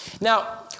Now